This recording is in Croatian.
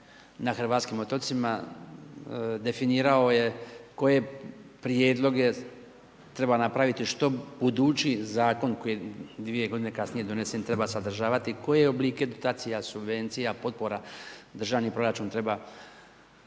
na hrvatskim otocima, definirao je koje prijedloge treba napraviti, što budući Zakon koji je 2 godine kasnije donesen treba sadržavati, koje oblike dotacija, subvencija, potpora državni proračun treba